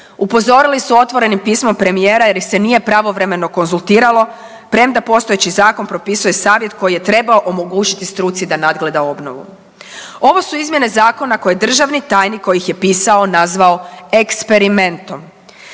upozorili su otvorenim pismom premijera jer ih se nije pravovremeno konzultiralo premda postojeći zakon propisuje savjet koji je trebao omogućiti struci da nadgleda obnovu. Ovo su izmjene zakona koje je državni tajnik koji ih je pisao nazvao eksperimentom.